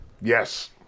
Yes